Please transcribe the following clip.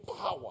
power